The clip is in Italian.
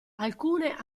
alcune